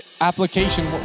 application